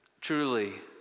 truly